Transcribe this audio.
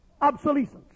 obsolescence